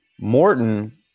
Morton